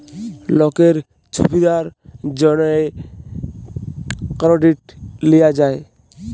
লকের ছুবিধার জ্যনহে কেরডিট লিয়া যায়